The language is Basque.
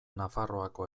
nafarroako